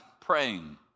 praying